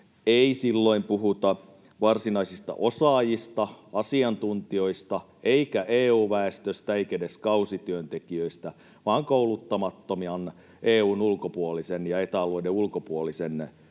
ei silloin puhuta varsinaisista osaajista, asiantuntijoista eikä EU-väestöstä eikä edes kausityöntekijöistä, vaan kouluttamattoman EU:n ulkopuolisen ja Eta-alueen ulkopuolisen väestön